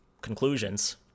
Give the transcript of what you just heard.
conclusions